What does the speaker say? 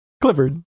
Clifford